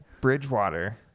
Bridgewater